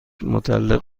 متعلق